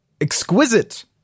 exquisite